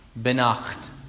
Benacht